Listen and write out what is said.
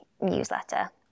newsletter